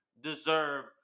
deserve